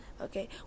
Okay